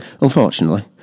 Unfortunately